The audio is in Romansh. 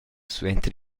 suenter